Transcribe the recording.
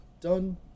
done